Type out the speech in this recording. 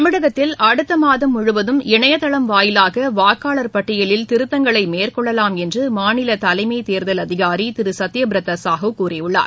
தமிழகத்தில் அடுத்த மாதம் முழுவதும் இணையதளம் வாயிலாக வாக்காளர் பட்டியலில் திருத்தங்களை மேற்கொள்ளலாம் என்று மாநில தலைமைத் தேர்தல் அதிகாரி திரு சத்யபிரத சாஹூ கூறியுள்ளார்